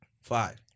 Five